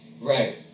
Right